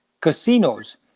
casinos